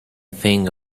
thing